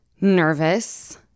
Nervous